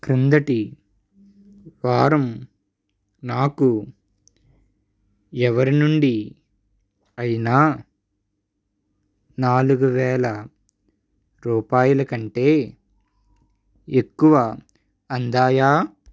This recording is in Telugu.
క్రిందటి వారం నాకు ఎవరి నుండి అయినా నాలుగు వేల రూపాయలు కంటే ఎక్కువ అందాయా